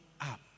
up